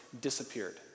disappeared